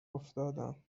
افتادم